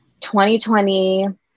2020